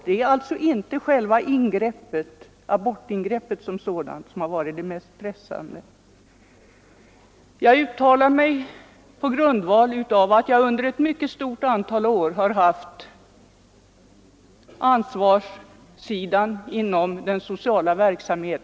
Det är alltså inte abortingreppet som sådant som varit mest pressande. Jag gör detta uttalande mot bakgrunden av att jag ett mycket stort antal år varit i ansvarig ställning inom social verksamhet.